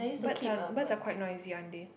birds are birds are quite noisy aren't they